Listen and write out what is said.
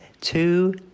two